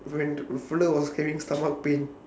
when the fella was stomach pain